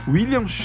William